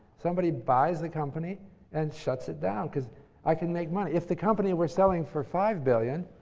somebody buys the company and shuts it down, because i can make money. if the company were selling for five billion